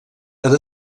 han